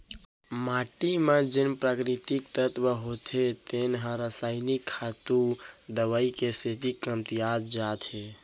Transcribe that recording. माटी म जेन प्राकृतिक तत्व होथे तेन ह रसायनिक खातू, दवई के सेती कमतियावत जात हे